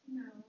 no